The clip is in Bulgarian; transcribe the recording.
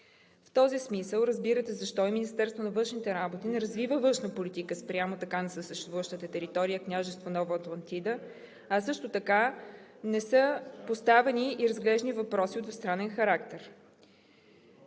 В този смисъл разбирате защо и Министерството на външните работи не развива външна политика спрямо така несъществуващата територия Княжество Нова Атлантида, а също така не са поставени и разглеждани въпроси от двустранен характер.